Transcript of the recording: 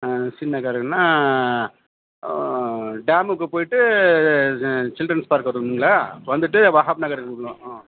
சின்ன காருன்னா டேமுக்கு போய்விட்டு சில்ட்ரென்ஸ் பார்க் வரணுங்ளா வந்துட்டு வஹாப் நகருக்கு விட்ணும் ஆ